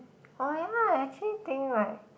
oh ya I actually think right